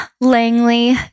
Langley